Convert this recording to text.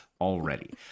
already